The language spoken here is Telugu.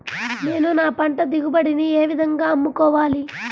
నేను నా పంట దిగుబడిని ఏ విధంగా అమ్ముకోవాలి?